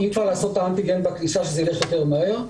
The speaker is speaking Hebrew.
אפשר לעשות את האנטיגן בכניסה כדי שזה ילך יותר מהר,